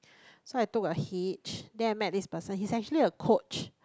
so I took a hitch then I met this person he's actually a coach